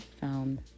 found